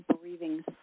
breathing